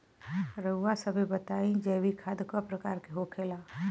रउआ सभे बताई जैविक खाद क प्रकार के होखेला?